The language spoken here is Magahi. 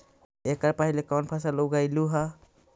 एकड़ पहले कौन फसल उगएलू हा?